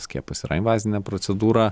skiepas yra invazinė procedūra